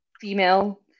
female